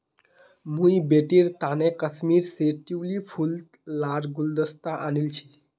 मुई बेटीर तने कश्मीर स ट्यूलि फूल लार गुलदस्ता आनील छि